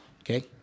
okay